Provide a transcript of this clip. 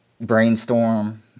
brainstorm